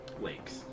lakes